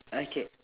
okay